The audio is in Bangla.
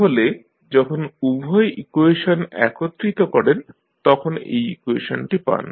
তাহলে যখন উভয় ইকুয়েশন একত্রিত করেন তখন এই ইকুয়েশনটি পান